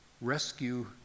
rescue